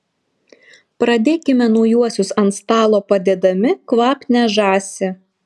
pradėkime naujuosius ant stalo padėdami kvapnią žąsį